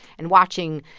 and watching,